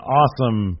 awesome